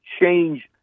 change